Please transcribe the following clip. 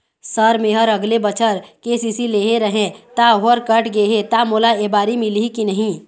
Sir मेहर अगले बछर के.सी.सी लेहे रहें ता ओहर कट गे हे ता मोला एबारी मिलही की नहीं?